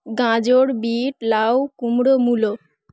গাজর বিট লাউ কুমড়ো মূলো